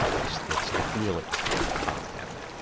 it's, it's the feelings about them,